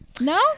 No